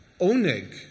Oneg